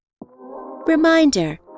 Reminder